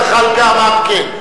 חבר הכנסת זחאלקה אמר "כן".